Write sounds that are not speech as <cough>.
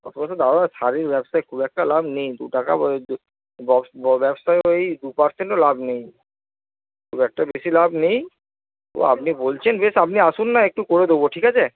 অত পয়সায় দাদা সারের ব্যবসায় খুব একটা লাভ নেই দু টাকা <unintelligible> ব্যবসায় ওই দু পারসেন্টও লাভ নেই খুব একটা বেশি লাভ নেই তো আপনি বলছেন বেশ আপনি আসুন না একটু করে দেবো ঠিক আছে